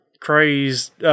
crazed